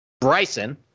Bryson